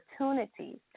Opportunities